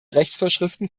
rechtsvorschriften